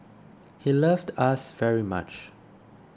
he loved us very much